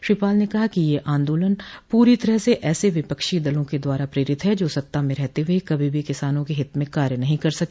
श्री पाल ने कहा कि यह आन्दोलन पूरी तरह से ऐसे विपक्षी दलों के द्वारा प्रेरित है जो सत्ता में रहते हुए कभी भी किसानों के हित में कार्य नहीं कर सके